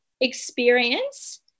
experience